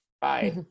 Bye